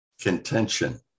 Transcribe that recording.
contention